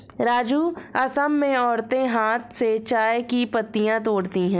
राजू असम में औरतें हाथ से चाय की पत्तियां तोड़ती है